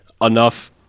Enough